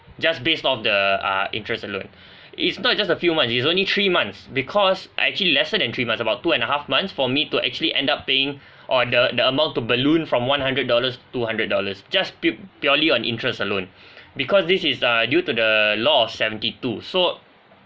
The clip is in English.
just based off the err interest alone it's not just a few months it's only three months because actually lesser than three month about two and a half months for me to actually end up paying or the the amount to balloon from one hundred dollars to two hundred dollars just pu~ purely on interests alone because this uh due to the law of seventy two so